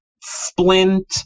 splint